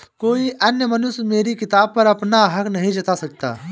कोई अन्य मनुष्य मेरी किताब पर अपना हक नहीं जता सकता